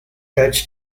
touch